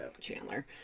Chandler